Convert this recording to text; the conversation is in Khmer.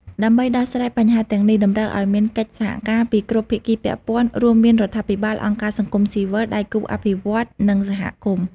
ដើម្បីដោះស្រាយបញ្ហាទាំងនេះ តម្រូវឱ្យមានកិច្ចសហការពីគ្រប់ភាគីពាក់ព័ន្ធ រួមមានរដ្ឋាភិបាល អង្គការសង្គមស៊ីវិល ដៃគូអភិវឌ្ឍន៍ និងសហគមន៍។